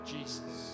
Jesus